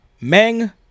Meng